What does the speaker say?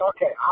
Okay